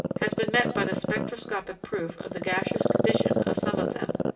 has been met by the spectroscopic proof of the gaseous condition of some of them.